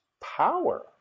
power